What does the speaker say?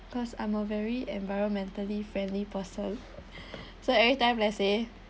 cause I'm a very environmentally friendly person so every time let's say